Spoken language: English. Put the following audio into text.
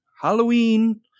Halloween